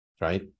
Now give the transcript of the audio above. right